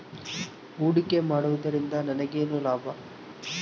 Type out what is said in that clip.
ಹೂಡಿಕೆ ಮಾಡುವುದರಿಂದ ನನಗೇನು ಲಾಭ?